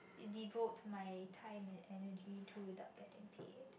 devote my time and energy to without getting paid